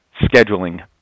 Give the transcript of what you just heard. scheduling